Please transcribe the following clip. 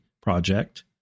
project